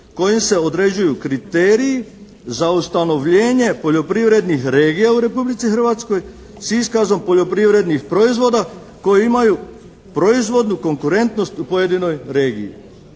kojim se određuju kriteriji za ustanovljenje poljoprivrednih regija u Republici Hrvatskoj s iskazom poljoprivrednih proizvoda koji imaju proizvodnu konkurentnost u pojedinoj regiji.